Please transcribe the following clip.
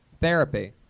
therapy